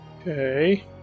Okay